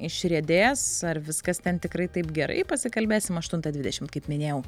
išriedės ar viskas ten tikrai taip gerai pasikalbėsim aštuntą dvidešimt kaip minėjau